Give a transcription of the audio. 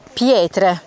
pietre